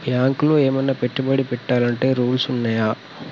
బ్యాంకులో ఏమన్నా పెట్టుబడి పెట్టాలంటే రూల్స్ ఉన్నయా?